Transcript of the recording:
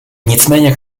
nicméně